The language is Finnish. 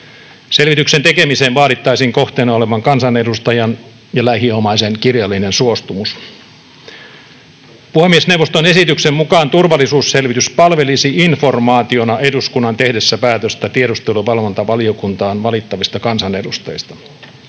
Selvityksen tekemiseen vaadittaisiin kohteena olevan kansanedustajan ja lähiomaisen kirjallinen suostumus. Puhemiesneuvoston esityksen mukaan turvallisuusselvitys palvelisi informaationa eduskunnan tehdessä päätöstä tiedusteluvalvontavaliokuntaan valittavista kansanedustajista.